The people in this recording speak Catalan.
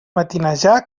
matinejar